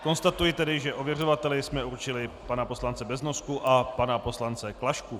Konstatuji tedy, že ověřovateli jsme určili pana poslance Beznosku a pana poslance Klašku.